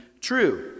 true